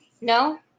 No